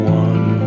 one